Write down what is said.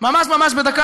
ממש ממש בדקה,